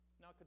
Now